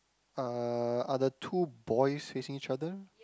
uh are the two boys facing each other